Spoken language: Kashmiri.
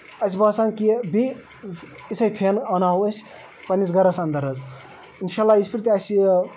اَسہِ باسان کہِ بیٚیہِ یِژھے فینہٕ اَنناوہو أسۍ پَنٕنِس گرس اَنٛدر حظ انشااللہ یِتھۍ پٲٹھۍ تہِ اَسہِ یہِ